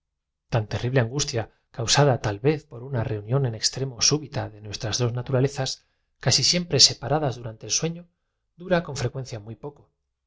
tan terrible angustia causada tal vez biblioteca nacional de españa biblioteca nacional de españa por una reunión en extremo súbita de nuestras dos naturalezas casi dumbre pero la posada estaba cerrada y el patio desierto y silencioso siempre separadas durante el sueño dura con frecuencia muy poco